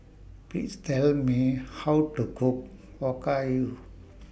Please Tell Me How to Cook Okayu